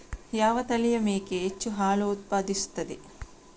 ಯಾವ ತಳಿಯ ಮೇಕೆ ಹೆಚ್ಚು ಹಾಲು ಉತ್ಪಾದಿಸುತ್ತದೆ?